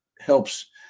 helps